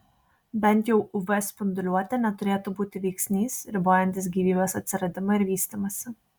bent jau uv spinduliuotė neturėtų būti veiksnys ribojantis gyvybės atsiradimą ir vystymąsi